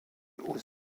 aux